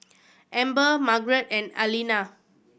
Amber Margret and Alaina